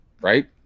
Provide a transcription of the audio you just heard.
Right